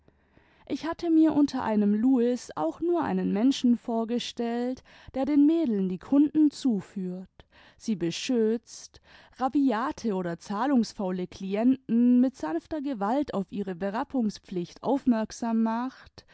ich hatte mir unter einem louis auch nur einen menschen vorbestellt der den mädeln die kimden zuführt sie beschützt rabiate oder zahlungsfaule klienten mit sanfter gewalt auf ihre berappungspflicht aufmerksam macht